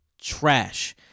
trash